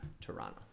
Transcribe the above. Toronto